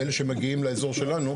מאלה שמגיעים לאזור שלנו.